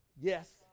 Yes